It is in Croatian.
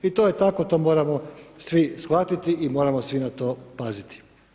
I to je tako, to moramo svi shvatiti i moramo svi na to paziti.